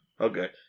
Okay